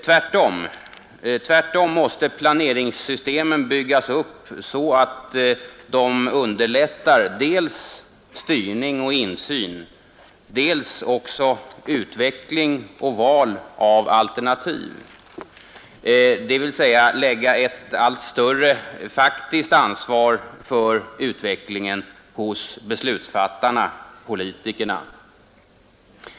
Tvärtom måste planeringssystemen byggas upp så att de underlättar dels styrning och insyn, dels utveckling och val av alternativ, dvs. lägga ett allt större faktiskt ansvar för utvecklingen hos beslutsfattarna — politikerna.